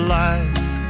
life